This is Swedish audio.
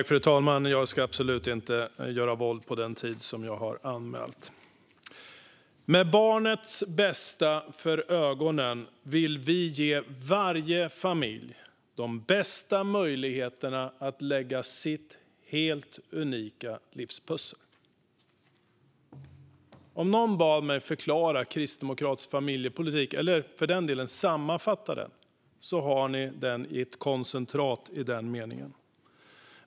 Fru talman! Med barnets bästa för ögonen vill vi ge varje familj de bästa möjligheterna att lägga sitt unika livspussel. Om någon bad mig att förklara och sammanfatta Kristdemokraternas familjepolitik skulle det bli med just den meningen.